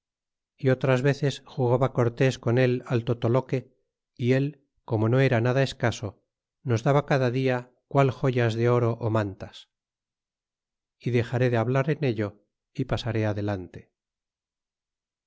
y otras veces jugaba cortés con él al totoloque y él como no era nada escaso nos daba cada dia qual joyas de oro ó mantas y dexaré de hablar en ello y pasare adelante